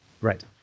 Right